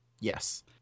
Yes